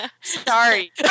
Sorry